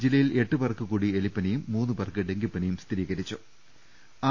ജില്ലയിൽ എട്ട് പേർക്ക് കൂടി എലിപ്പനിയും മൂന്ന് പേർക്ക് ഡെങ്കിപ്പനിയും സ്ഥിരീകരിച്ചിട്ടുണ്ട്